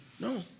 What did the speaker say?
No